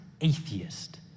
atheist